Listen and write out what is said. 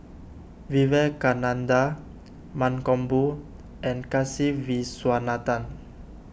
Vivekananda Mankombu and Kasiviswanathan